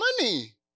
money